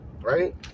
Right